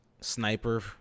Sniper